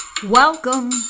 Welcome